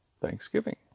thanksgiving